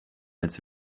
als